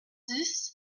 dix